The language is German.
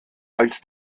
als